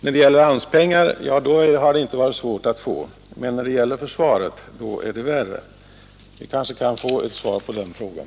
När det gäller AMS har det inte varit svårt att få pengar, men när det gäller försvaret är det värre. Vi kanske kan få ett svar på den frågan.